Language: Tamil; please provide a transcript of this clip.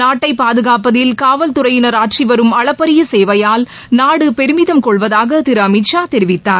நாட்டை பாதுகாப்பதில் காவல்துறையினர் ஆற்றி வரும் அளப்பரிய சேவையால் நாடு பெருமிதம் கொள்வதாக திரு அமித் ஷா தெரிவித்தார்